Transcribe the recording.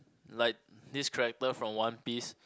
like this character from one piece